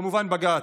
כמובן בג"ץ.